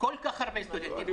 כל-כך הרבה סטודנטים,